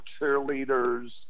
cheerleaders